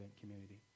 community